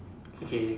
okay